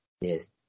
Yes